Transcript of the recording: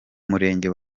murenge